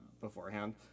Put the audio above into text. beforehand